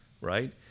right